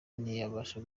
ntiyabasha